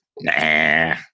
nah